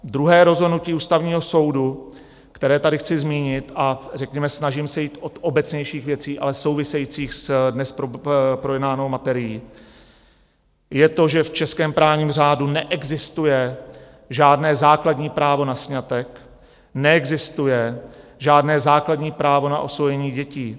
Druhé rozhodnutí Ústavního soudu, které tady chci zmínit a snažím se jít od obecnějších věcí, ale souvisejících s dnes projednávanou materií, je to, že v českém právním řádu neexistuje žádné základní právo na sňatek, neexistuje žádné základní právo na osvojení dětí.